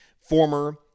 former